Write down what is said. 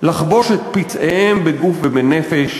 "לחבוש את פצעיהם בגוף ובנפש,